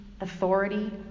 authority